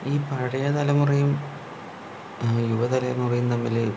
ഈ പഴയ തലമുറയും യുവതലമുറയും തമ്മില്